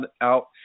out